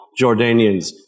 Jordanians